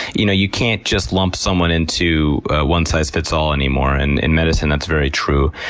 you know you can't just lump someone into a one-size-fits all anymore, and in medicine that's very true.